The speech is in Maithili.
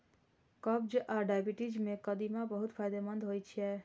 कब्ज आ डायबिटीज मे कदीमा बहुत फायदेमंद होइ छै